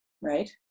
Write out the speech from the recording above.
right